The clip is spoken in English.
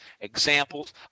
examples